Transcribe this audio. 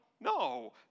No